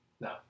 no